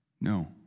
No